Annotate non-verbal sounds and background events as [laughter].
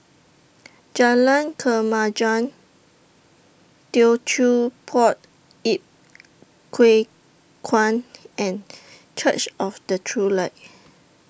Jalan Kemajuan Teochew Poit Ip [unintelligible] Kuan and Church of The True Light